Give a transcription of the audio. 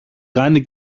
κάνει